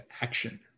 action